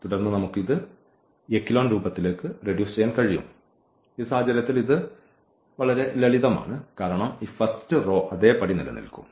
തുടർന്ന് നമുക്ക് ഇത് എക്കലോൺ രൂപത്തിലേക്ക് റെഡ്യൂസ് ചെയ്യാൻ കഴിയും ഈ സാഹചര്യത്തിൽ ഇത് വളരെ ലളിതമാണ് കാരണം ഈ ഫസ്റ്റ് റോ അതേപടി നിലനിൽക്കും